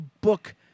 book